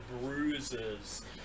bruises